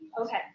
Okay